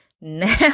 now